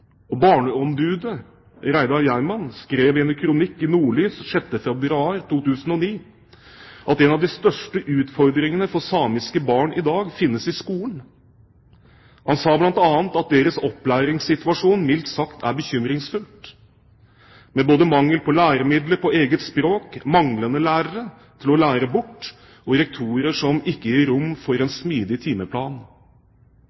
rekke underdialekter. Barneombud Reidar Hjermann skrev i en kronikk i Nordlys 6. februar 2009 at en av de største utfordringene for samiske barn i dag finnes i skolen. Han sa bl.a. at deres opplæringssituasjon mildt sagt er bekymringsfull, med både mangel på læremidler på eget språk, manglende lærere til å lære bort, og rektorer som ikke gir rom for